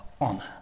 honor